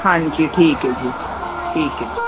ਹਾਂਜੀ ਠੀਕ ਹੈ ਜੀ ਠੀਕ ਹੈ ਜੀ